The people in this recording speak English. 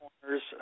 corners